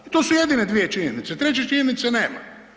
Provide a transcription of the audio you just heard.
I to su jedine dvije činjenice, treće činjenice nema.